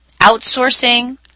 outsourcing